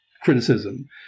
criticism